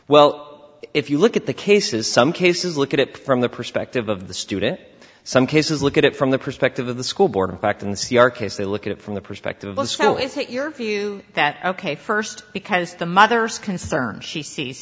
well if you look at the cases some cases look at it from the perspective of the student some cases look at it from the perspective of the school board in fact in the c r case they look at it from the perspective of so is it your view that ok first because the mother's concerned she sees